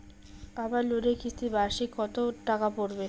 আমার লোনের কিস্তি মাসিক কত টাকা পড়বে?